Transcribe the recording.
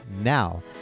Now